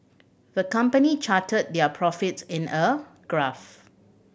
the company charted their profits in a graph